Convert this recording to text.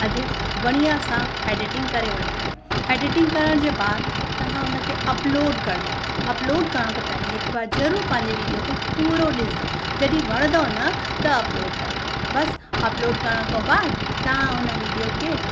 अॼु बढ़िया सां एडिटिंग करे वठंदी आहियां एडिटिंग करण जे बाद तव्हां हुन खे अपलोड कंदो अपलोड करण खां पेहले हिक वार ज़रूरु पंहिंजे वीडियो खां पूरो ॾिसंदो जॾहिं वणंदो न त अपलोड कंदो बसि अपलोड करण खां बाद तव्हां उन वीडियो खे